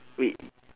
wait